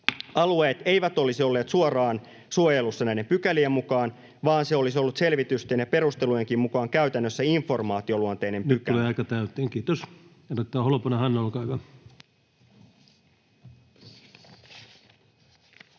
eivät olisi olleet suoraan suojelussa näiden pykälien mukaan, vaan se olisi ollut selvitysten ja perusteluidenkin mukaan käytännössä informaatioluonteinen pykälä. Nyt tulee aika täyteen, kiitos. — Edustaja Holopainen, Hanna, olkaa hyvä. Arvoisa